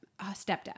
stepdad